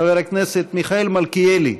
חבר הכנסת מיכאל מלכיאלי,